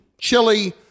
chili